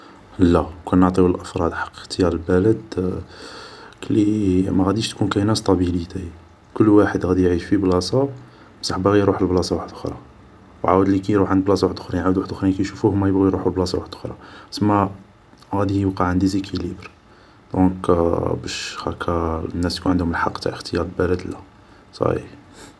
لا كون نعطيو للأفراد حق اختيار البلد كلي ماغاديش تكون كاينة ستابيليتي كل واحد غادي يعيش في بلاصة بصح باغي يروح لبلاصة وحدوخرة و عاود كي لي يروح عند بلاصة واحدوخرين عاود وحدوخرين كي يشوفوه هوما يبغو يروحو لبلاصة وحدوخرة سما غادي يوقع ان ديزيكيليبر دونك باش هاكا الناس يكون عندهم الحق تاع اختيار البلد لا صاي